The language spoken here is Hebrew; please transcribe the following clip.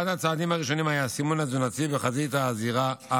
הצעדים הראשונים היו הסימון התזונתי בחזית האריזה,